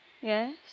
Yes